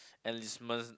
enlistment